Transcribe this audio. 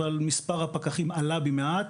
מספר הפקחים עלה מעט.